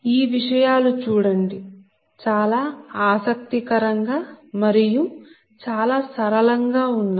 ఈ విషయాలు చూడండి చాలా ఆసక్తి కరంగా మరియు చాలా సరళం గా ఉన్నాయి